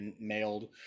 mailed